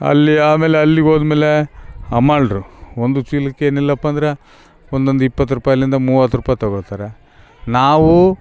ಅಲ್ಲಿ ಆಮೇಲೆ ಅಲ್ಲಿಗೆ ಹೋದ್ಮೇಲೆ ಹಮಾಲ್ರು ಒಂದು ಚೀಲಕ್ಕೆ ಏನಿಲ್ಲಪ್ಪಂದ್ರೆ ಒಂದೊಂದು ಇಪ್ಪತ್ತು ರುಪಾಯ್ಲಿಂದ ಮೂವತ್ತು ರುಪಾಯಿ ತಗೋಳ್ತಾರೆ ನಾವು